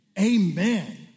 Amen